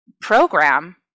program